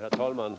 Herr talman!